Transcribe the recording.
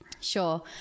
Sure